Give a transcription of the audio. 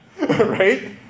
right